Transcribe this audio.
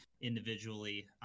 individually